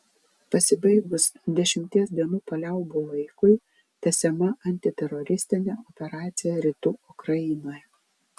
pasibaigus dešimties dienų paliaubų laikui tęsiama antiteroristinė operacija rytų ukrainoje